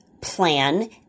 plan